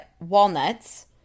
walnuts